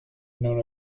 known